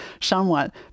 somewhat